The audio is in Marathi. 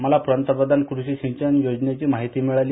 मला पंतप्रधान कृषी सिंचन योजनेची माहिती मिळाली